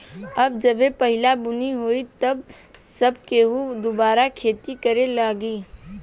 अब जबे पहिला बुनी होई तब से सब केहू दुबारा खेती करे लागी